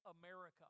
America